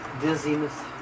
dizziness